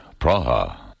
Praha